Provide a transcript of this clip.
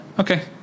Okay